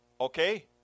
Okay